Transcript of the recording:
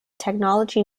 technology